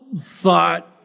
thought